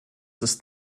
ist